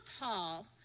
Paul